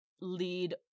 lead